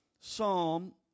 Psalm